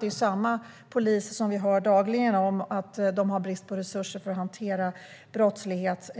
Det gäller ju samma polis som har brist på resurser för att hantera brottslighet,